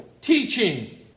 teaching